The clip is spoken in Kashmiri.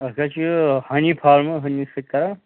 أسۍ حظ چھِ یہِ ہۂنی فارمَر ہنی سۭتۍ کران